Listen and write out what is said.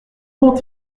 vont